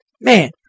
Man